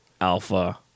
alpha